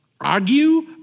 argue